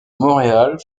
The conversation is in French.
montréal